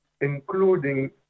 including